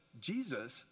jesus